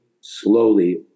slowly